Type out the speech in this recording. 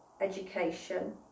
education